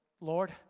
Lord